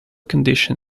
condition